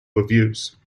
reviews